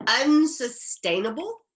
unsustainable